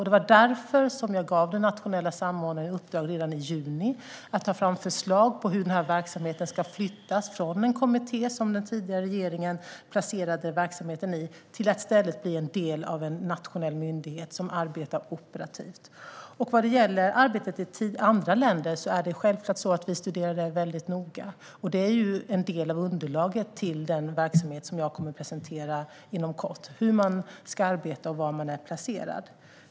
Det var därför som jag gav den nationella samordnaren i uppdrag redan i juni att ta fram förslag på hur denna verksamhet ska flyttas från den kommitté som den tidigare regeringen placerade verksamheten i till att den i stället ska bli en del av en nationell myndighet som arbetar operativt. Vad gäller arbetet i andra länder är det självklart så att vi studerar det mycket noga. Det är en del av underlaget till den verksamhet som jag kommer att presentera inom kort - hur man ska arbeta och var man är placerad.